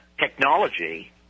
technology